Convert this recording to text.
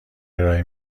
ارائه